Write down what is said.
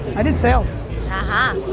i did sales ah